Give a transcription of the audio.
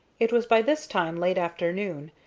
it was by this time late afternoon,